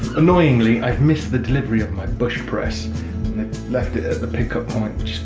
annoyingly, i've missed the delivery of my bush press they've left it at the pickup point,